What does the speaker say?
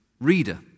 reader